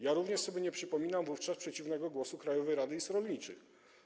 Ja również sobie nie przypominam wówczas przeciwnego głosu Krajowej Rady Izb Rolniczych.